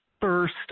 first